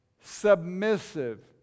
submissive